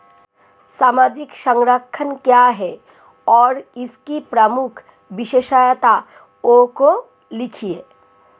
सामाजिक संरक्षण क्या है और इसकी प्रमुख विशेषताओं को लिखिए?